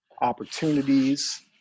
opportunities